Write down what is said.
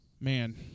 man